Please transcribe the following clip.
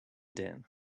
din